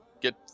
get